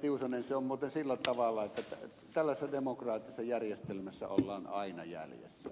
tiusanen se on muuten sillä tavalla että tällaisessa demokraattisessa järjestelmässä ollaan aina jäljessä